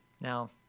Now